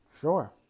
Sure